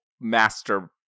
master